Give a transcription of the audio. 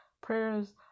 prayers